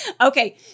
Okay